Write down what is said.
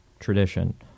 tradition